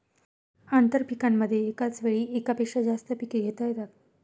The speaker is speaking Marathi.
आंतरपीकांमध्ये एकाच वेळी एकापेक्षा जास्त पिके घेता येतात